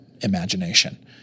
imagination